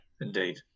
Indeed